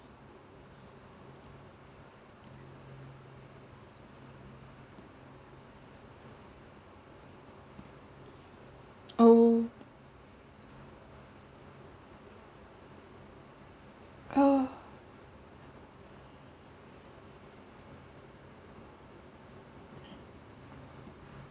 oh ah